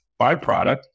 byproduct